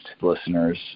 listeners